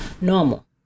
normal